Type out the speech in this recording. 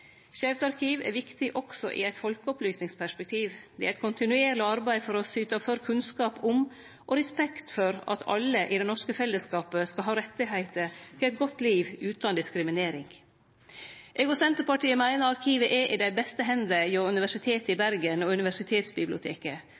er viktig også i eit folkeopplysningsperspektiv. Det er eit kontinuerleg arbeid å syte for kunnskap om og respekt for at alle i det norske fellesskapet skal ha rett til eit godt liv utan diskriminering. Eg og Senterpartiet meiner at arkivet er i dei beste hender hjå Universitetet i Bergen og